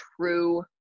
true